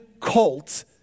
cult